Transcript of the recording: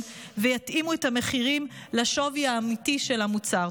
ויתאימו את המחירים לשווי האמיתי של המוצר.